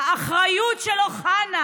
האחריות של אוחנה,